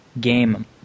game